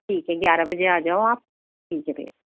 ठीक है ग्यारह बजे आ जाओ आप ठीक है भैया